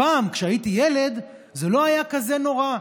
פעם, כשהייתי ילד, זה לא היה כל כך נורא.